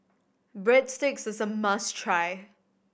breadsticks is a must try